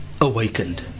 awakened